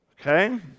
Okay